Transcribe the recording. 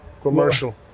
commercial